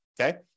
Okay